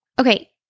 Okay